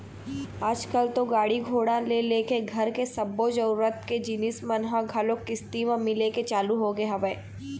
आजकल तो गाड़ी घोड़ा ले लेके घर के सब्बो जरुरत के जिनिस मन ह घलोक किस्ती म मिले के चालू होगे हवय